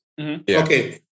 Okay